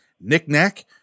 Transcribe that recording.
Knick-Knack